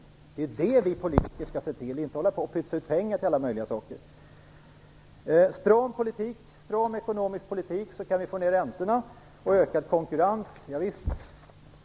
Vi politiker skall se till att det blir verklighet och inte hålla på och pytsa ut pengar till alla möjliga saker. Med en stram ekonomisk politik kan vi få ned räntorna. Ökad konkurrens - javisst.